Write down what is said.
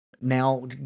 Now